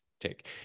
take